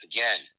Again